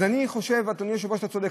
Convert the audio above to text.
אז אני חושב, אדוני היושב-ראש, שאתה צודק.